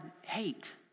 hate